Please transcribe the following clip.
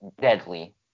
deadly